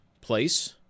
place